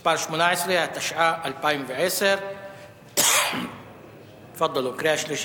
(מס' 18), התשע"א 2010. תפאדלו, קריאה שלישית.